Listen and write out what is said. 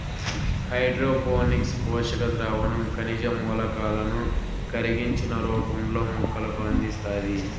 hydroponics పోషక ద్రావణం ఖనిజ మూలకాలను కరిగించిన రూపంలో మొక్కలకు అందిస్తాది